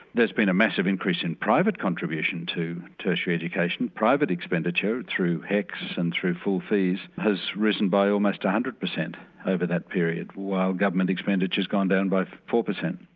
there's been a massive increase in private contribution to tertiary education, private expenditure through hecs and through full fees, has risen by almost one hundred percent over that period, while government expenditure's gone down by four percent.